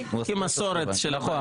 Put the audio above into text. לפי המסורת של הוועדה.